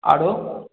आरो